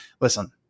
Listen